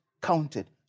counted